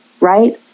right